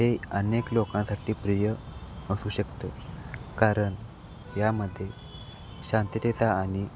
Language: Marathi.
ते अनेक लोकांसाठी प्रिय असू शकतं कारण यामध्ये शांततेचा आणि